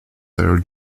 their